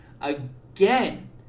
again